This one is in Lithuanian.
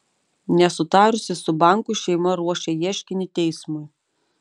nesutarusi su banku šeima ruošia ieškinį teismui